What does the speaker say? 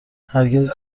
هرگز